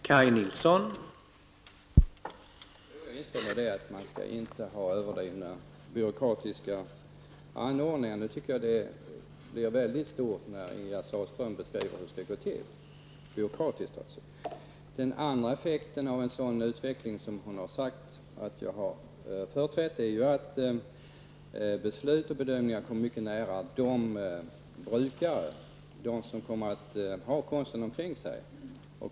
Herr talman! Jag håller med om att man inte skall ha överdrivna byråkratiska anordningar. Ingegerd Sahlström tyckte att det här kommer att bli byråkratiskt. En annan effekt av den utveckling som hon har sagt att jag företräder är att beslut och bedömningar kommer mycket nära brukarna, dvs. de som kommer att ha konsten omkring sig.